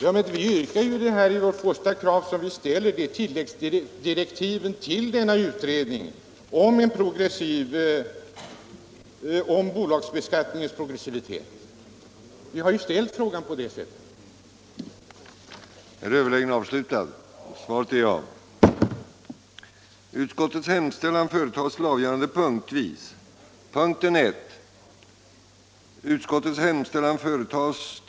Herr talman! Men vårt första yrkande i motionen gäller ju tilläggsdirektiv till utredningen angående företagsbeskattningens progressivitet. Vi har ju ställt förslaget på det sättet. den det ej vill röstar nej.